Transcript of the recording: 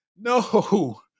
No